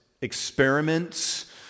experiments